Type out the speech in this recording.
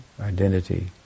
identity